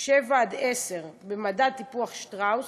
7 10 במדד טיפוח שטראוס,